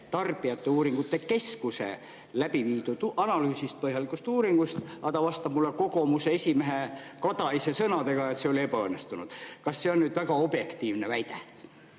tarbijauuringute keskuse läbi viidud analüüsist, põhjalikust uuringust, aga ta vastas mulle Kokoomuse esimehe Kataise sõnadega, et see oli ebaõnnestunud. Kas see on nüüd väga objektiivne väide?